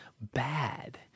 bad